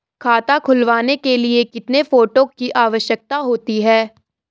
खाता खुलवाने के लिए कितने फोटो की आवश्यकता होती है?